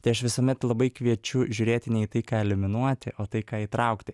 tai aš visuomet labai kviečiu žiūrėti ne į tai ką eliminuoti o tai ką įtraukti